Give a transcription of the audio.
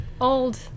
old